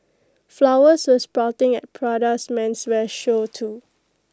flowers were sprouting at Prada's menswear show too